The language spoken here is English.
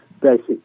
basic